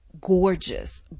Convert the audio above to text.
Gorgeous